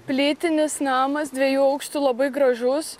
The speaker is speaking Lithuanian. plytinis namas dviejų aukštų labai gražus